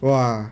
!wah!